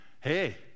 Hey